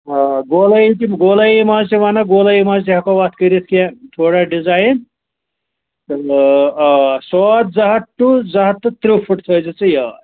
آ گولٲیی تہِ گولٲیی منٛز تہِ وَنَکھ گولٲیی منٛز تہِ ہیٚکَو اَتھ کٔرِتھ یہِ تھوڑا ڈِزایِن تیٚلہِ سوٚاد زٕ ہَتھ ٹوٗ زٕ ہَتھ تہٕ ترٕٛہ فُٹ تھٲوزِ ژٕ یاد